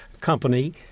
company